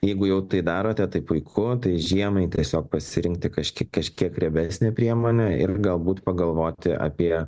jeigu jau tai darote tai puiku tai žiemai tiesiog pasirinkti kažkiek kažkiek riebesnę priemonę ir galbūt pagalvoti apie